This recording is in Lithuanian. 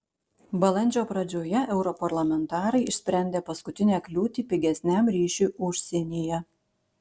balandžio pradžioje europarlamentarai išsprendė paskutinę kliūtį pigesniam ryšiui užsienyje